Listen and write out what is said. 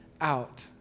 out